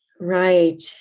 right